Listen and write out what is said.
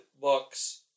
books